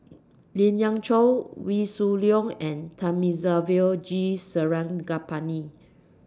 Lien Ying Chow Wee Shoo Leong and Thamizhavel G Sarangapani